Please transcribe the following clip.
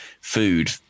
food